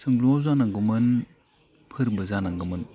सोंलुआ जानांगौमोन फोरबो जानांगौमोन